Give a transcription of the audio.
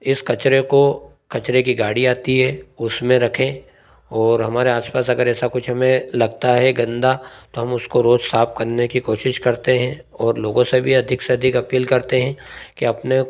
इस कचरे को कचरे की गाड़ी आती है उसमें रखें और हमारे आसपास अगर ऐसा कुछ हमें लगता है गंदा तो हम उसको रोज़ साफ करने की कोशिश करते हें और लोगों से भी अधिक से अधिक अपील करते हैं कि अपने